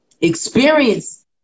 experience